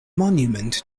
monument